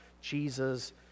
Jesus